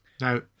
Now